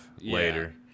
later